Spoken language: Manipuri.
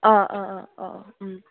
ꯑꯥ ꯑ ꯑ ꯑꯣ ꯑꯣ ꯎꯝ